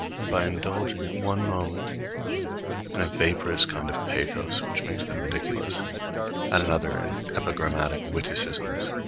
and by indulging at one moment in a vaporous kind of pathos which makes them ridiculous, at another in epigrammatic witticisms,